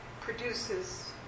produces